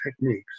techniques